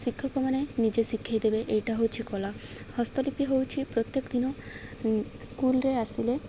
ଶିକ୍ଷକମାନେ ନିଜେ ଶିଖାଇ ଦେବେ ଏଇଟା ହେଉଛି କଳା ହସ୍ତଲିପି ହଉଛିି ପ୍ରତ୍ୟେକ ଦିନ ସ୍କୁଲରେ ଆସିଲେ